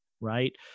Right